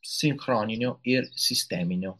sinchroninio ir sisteminio